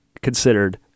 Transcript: considered